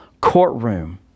courtroom